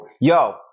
yo